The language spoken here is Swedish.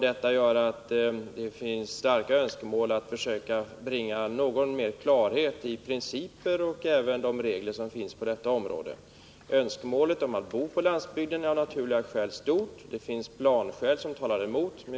Detta gör att det finns starka önskemål om att få något mer klarhet i principerna och även i de regler som gäller på detta område. Önskemålet om att bo på landsbygden är av naturliga skäl stort. Det finns planskäl som talar emot.